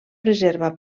preserva